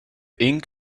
ink